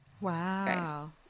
Wow